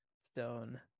stone